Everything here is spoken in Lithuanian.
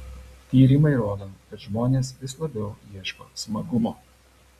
tyrimai rodo kad žmonės vis labiau ieško smagumo